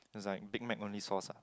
is like Big Mac only sauce ah